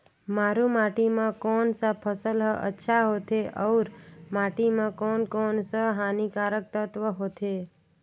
मारू माटी मां कोन सा फसल ह अच्छा होथे अउर माटी म कोन कोन स हानिकारक तत्व होथे?